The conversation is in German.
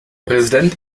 präsident